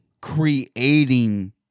creating